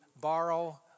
borrow